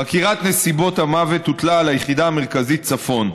חקירת נסיבות המוות הוטלה על היחידה המרכזית צפון,